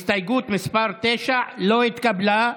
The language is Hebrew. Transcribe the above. הסתייגות מס' 9 לא התקבלה.